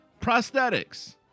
Prosthetics